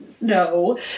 no